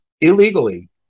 illegally